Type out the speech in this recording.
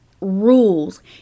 rules